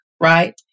right